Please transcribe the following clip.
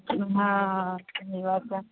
ہاں ملا تو